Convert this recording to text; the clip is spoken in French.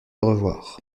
revoir